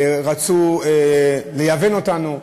רצו לייוון אותנו,